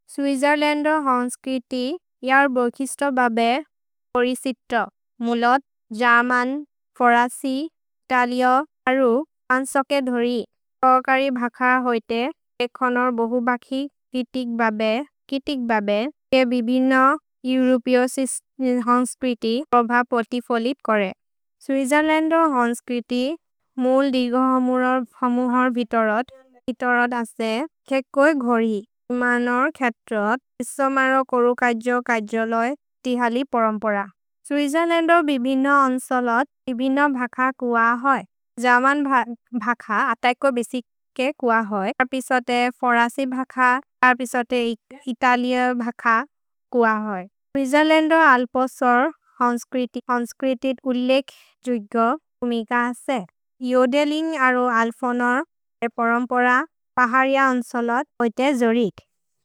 सुइजलेन्दो हन्स्क्रिति इअर् बोज्किस्तो बबेर् पोरिसित्तो, मुलोत्, जमन्, फोरसि, तलिओ, अरु, अन्सोके धोरि, तवकरि भकर होइते एखोनोर् बोहु बखि कितिक् बबे, कितिक् बबे, के बिबिन एउरोपेओसिस् हन्स्क्रिति रोभ पोति फोलित् कोरे। सुइजलेन्दो हन्स्क्रिति मुल् दिगोहमुरोर् हमुहर् वितोरोत्, वितोरोत् असे खेक्कोइ घोरि। मनोर् खेत्रोत्, इसोमरो कोरु कज्जो कज्जोलोइ, तिहलि पोरोम्पोर। सुइजलेन्दो बिबिन अन्सोलोत्, बिबिन भख कुअ होइ। जमन् भख अतैको बिसिक्के कुअ होइ। अर्पिसोते फोरसि भख, अर्पिसोते इतलिओ भख कुअ होइ। सुइजलेन्दो अल्पोसोर् हन्स्क्रिति, हन्स्क्रिति उलेक् जुगो उमिग असे। योदेलिन्ग् अरु अल्फोनोर् ए पोरोम्पोर पहरिअ अन्सोलोत् होइते धोरिक्।